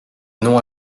nom